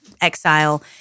exile